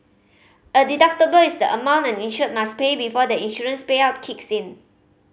a deductible is the amount an insured must pay before the insurance payout kicks in